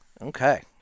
okay